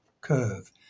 curve